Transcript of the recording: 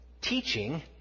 teaching